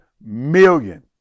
million